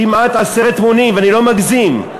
כמעט עשרת מונים, ואני לא מגזים.